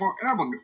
forever